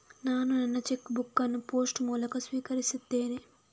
ನಾನು ನನ್ನ cheque book ಅನ್ನು ಪೋಸ್ಟ್ ಮೂಲಕ ಸ್ವೀಕರಿಸಿದ್ದೇನೆ